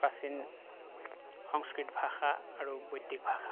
প্ৰাচীন সংস্কৃত ভাষা আৰু বৈদিক ভাষা